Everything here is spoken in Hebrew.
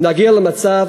נגיע למצב